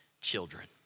children